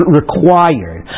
required